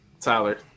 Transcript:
tyler